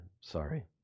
sorry